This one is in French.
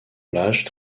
plages